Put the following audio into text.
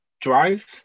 Drive